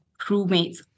crewmates